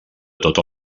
tota